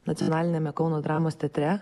nacionaliniame kauno dramos teatre